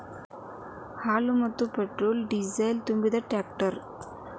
ಹಾಲ, ಮತ್ತ petrol diesel ತುಂಬು ಟ್ಯಾಂಕರ್